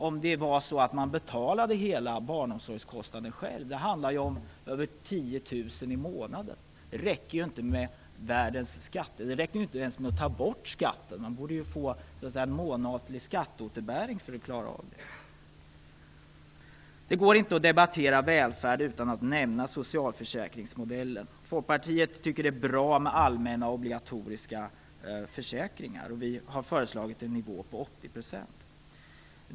Om hon skall betala hela barnomsorgskostnaden själv handlar det om över 10 000 kr i månaden. Det räcker ju inte ens att ta bort skatten helt för att hon skall få råd med det - hon borde också få en månatlig "skatteåterbäring" för att klara av det. Det går inte att debattera välfärd utan att nämna socialförsäkringsmodeller. Folkpartiet tycker att det är bra med allmänna och obligatoriska försäkringar. Vi har föreslagit en nivå på 80 %.